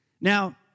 Now